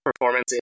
performance